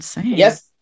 Yes